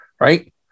right